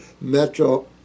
Metro